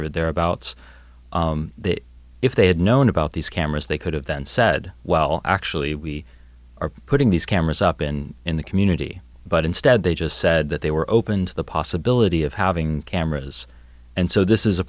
or thereabouts that if they had known about these cameras they could have then said well actually we are putting these cameras up in in the community but instead they just said that they were open to the possibility of having cameras and so this is a